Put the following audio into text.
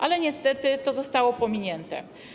Ale niestety to zostało pominięte.